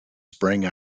sprang